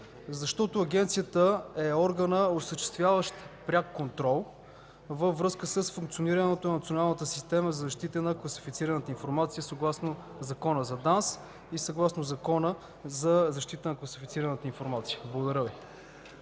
защото Агенцията е органът, осъществяващ пряк контрол във връзка с функционирането на националната система за защита на класифицираната информация съгласно Закона за ДАНС и съгласно Закона за защита на класифицираната информация. Благодаря Ви.